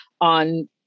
on